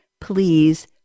please